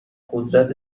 قدرت